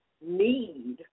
need